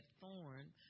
thorn